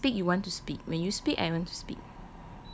means when I speak you want to speak when you speak I want to speak